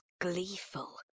gleeful